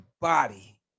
body